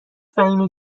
فهیمه